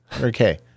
Okay